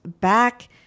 back